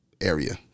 area